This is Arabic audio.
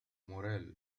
موريل